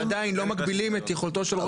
ועדיין לא מגבילים את יכולתו של עורך דין לעסוק